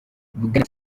bwana